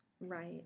Right